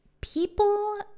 People